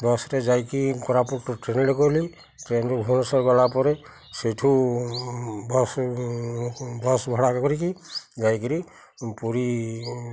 ବସ୍ରେ ଯାଇକି କୋରାପୁଟ ଟ୍ରେନ୍ରେ ଗଲି ଟ୍ରେନ୍ରେ ଭୁବନେଶ୍ୱର ଗଲା ପରେ ସେଇଠୁ ବସ୍ ବସ୍ ଭଡ଼ା କରିକି ଯାଇକିରି ପୁରୀ